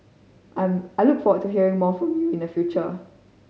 I'm I look forward to hearing more from you in the future